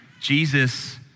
Jesus